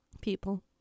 People